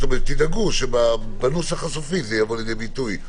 תדאגו שבנוסח הסופי זה יבוא לידי ביטוי,